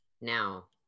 Now